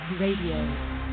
Radio